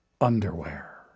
Underwear